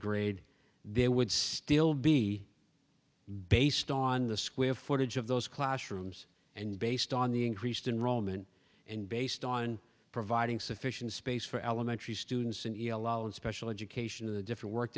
grade there would still be based on the square footage of those classrooms and based on the increased in roman and based on providing sufficient space for elementary students and e l o and special education of the different work